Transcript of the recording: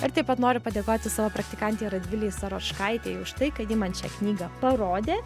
ir taip pat noriu padėkoti savo praktikantei radvilei saročkaitei už tai kad ji man šią knygą parodė